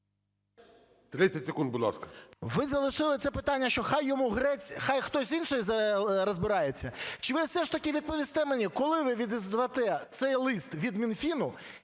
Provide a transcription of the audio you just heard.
30 секунд, будь ласка. БЕРЕЗА Б.Ю. Ви залишили це питання, що хай йому грець, хай хтось інший розбирається, чи ви все ж таки відповісте мені, коли ви відізвете цей лист від Мінфіну,